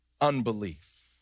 unbelief